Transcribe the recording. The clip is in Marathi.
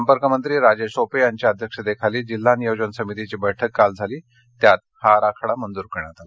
संपर्क मंत्री राजेश टोपे यांच्या अध्यक्षतेखाली जिल्हा नियोजन समितीची बैठक काल पार पडली त्यात हा आराखडा मंजूर करण्यात आला